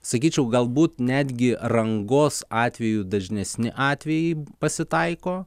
sakyčiau galbūt netgi rangos atveju dažnesni atvejai pasitaiko